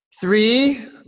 Three